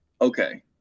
Okay